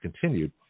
continued